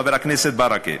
חבר הכנסת ברכה,